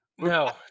No